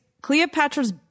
Cleopatra's